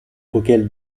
auxquels